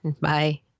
Bye